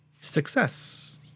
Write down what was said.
success